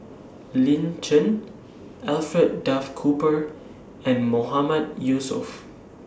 Lin Chen Alfred Duff Cooper and Mahmood Yusof